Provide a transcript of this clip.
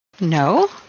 No